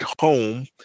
home